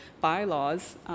bylaws